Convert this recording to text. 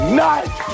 night